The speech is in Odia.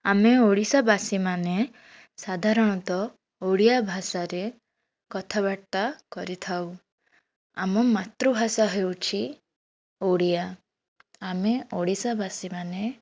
ଆମେ ଓଡ଼ିଶାବାସୀ ମାନେ ସାଧାରଣତଃ ଓଡ଼ିଆ ଭାଷାରେ କଥାବାର୍ତ୍ତା କରିଥାଉ ଆମ ମାତୃଭାଷା ହେଉଛି ଓଡ଼ିଆ ଆମେ ଓଡ଼ିଶାବାସୀ ମାନେ